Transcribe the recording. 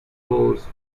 roles